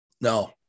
No